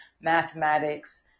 mathematics